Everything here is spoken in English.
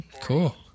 Cool